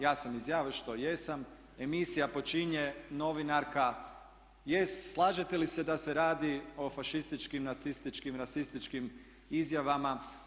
Ja sam izjavio što jesam, emisija počinje, novinarka jest slažete li se da se radi o fašističkim, nacističkim, rasističkim izjavama.